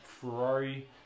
Ferrari